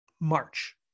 March